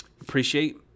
appreciate